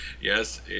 Yes